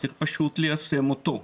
צריך פשוט ליישם אותו.